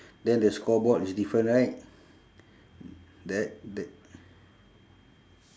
then the score board is different right that that